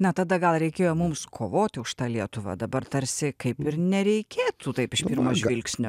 na tada gal reikėjo mums kovoti už tą lietuvą dabar tarsi kaip ir nereikėtų taip iš pirmo žvilgsnio